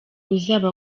uzaba